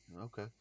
okay